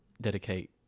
dedicate